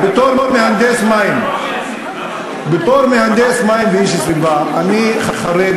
בתור מהנדס מים ואיש הסביבה אני חרד